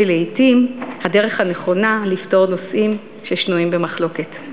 שהיא לעתים הדרך הנכונה לפתור נושאים ששנויים במחלוקת,